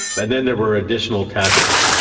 but then there were additional tests.